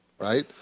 Right